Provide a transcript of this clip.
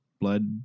blood